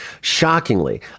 Shockingly